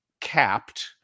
capped